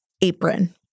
apron